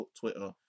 Twitter